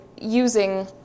using